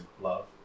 love